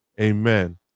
amen